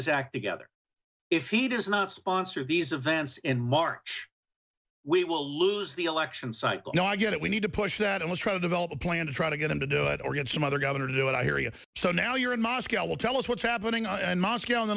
his act together if he does not sponsor these events in march we will lose the election cycle no i get it we need to push that and was trying to develop a plan to try to get him to do it or get some other governor to do it i hear you so now you're in moscow will tell us what's happening in moscow and